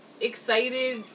Excited